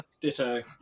ditto